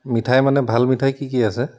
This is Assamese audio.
মিঠাই মানে ভাল মিঠাই কি কি আছে